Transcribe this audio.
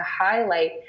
highlight